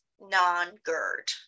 non-GERD